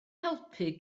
helpu